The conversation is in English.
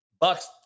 Bucks